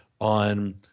on